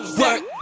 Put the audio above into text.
work